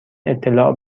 اطلاع